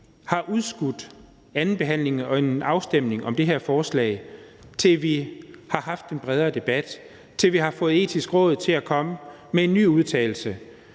har udskudt andenbehandlingen og afstemningen om det her forslag, til vi har haft en bredere debat og har fået Det Etiske Råd til at komme med en ny udtalelse